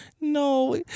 No